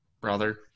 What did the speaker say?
brother